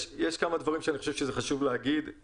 חושב שיש כמה דברים שחשוב להגיד,